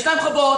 יש להם חובות,